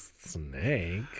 snake